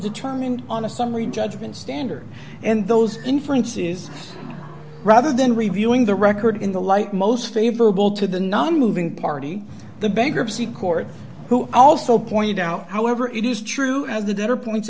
determined on a summary judgment standard and those influences rather than reviewing the record in the light most favorable to the nonmoving party the bankruptcy court who also point out however it is true as the debtor points